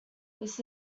this